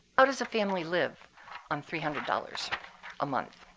how does a family live on three hundred dollars a month?